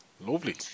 Lovely